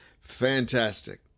Fantastic